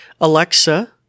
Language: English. Alexa